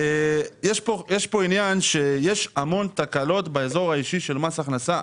יש פה עניין שיש המון תקלות באזור האישי של מס הכנסה,